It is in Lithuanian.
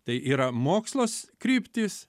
tai yra mokslas kryptys